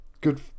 good